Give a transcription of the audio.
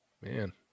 Man